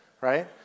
right